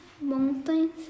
Mountains